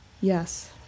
Yes